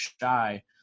shy